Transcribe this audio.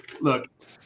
look